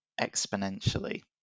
exponentially